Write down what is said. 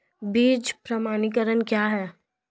बीज प्रमाणीकरण क्या है?